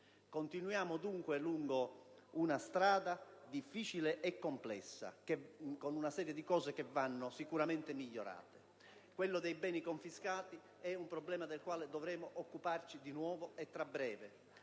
Continuiamo dunque lungo una strada difficile e complessa con una serie di cose che vanno sicuramente migliorate. Quello dei beni confiscati è un problema del quale dovremo occuparci di nuovo e tra breve,